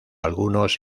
algunos